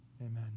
Amen